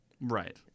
right